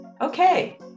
Okay